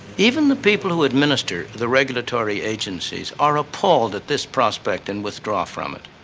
even the people who administer the regulatory agencies are appalled at this prospect, and withdraw from it.